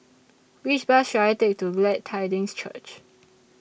Which Bus should I Take to Glad Tidings Church